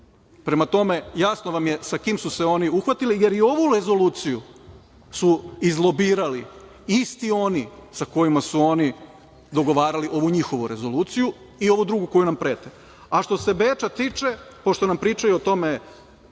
Prema tome, jasno vam je sa kim su se oni uhvatili, jer i ovu rezoluciju su izlobirali isti oni sa kojima su oni dogovarali ovu njihovu rezoluciju i ovu drugu kojom nam prete. Što se Beča tiče, pošto nam pričaju o tome,